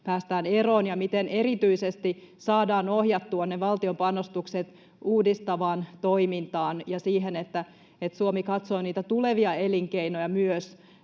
päästään eroon ja miten erityisesti saadaan ohjattua ne valtion panostukset uudistavaan toimintaan ja siihen, että Suomi katsoo myös niitä tulevia elinkeinoja,